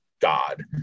God